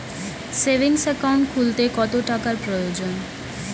Savings account খুলতে কত টাকার প্রয়োজন?